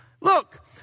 Look